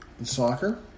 soccer